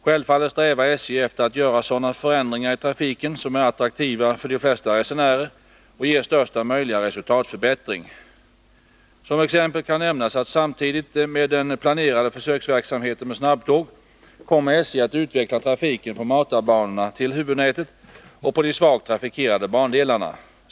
Självfallet strävar SJ efter att göra sådana förändringar i trafiken som är attraktiva för de flesta resenärer och ger största möjliga resultatförbättring. Som exempel kan nämnas att samtidigt med den planerade försöksverksamheten med snabbtåg kommer SJ att utveckla trafiken på matarbanorna till huvudnätet och på de svagt trafikerade bandelarna.